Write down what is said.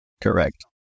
Correct